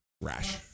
rash